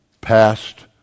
past